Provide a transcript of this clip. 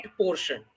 portion